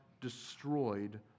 destroyed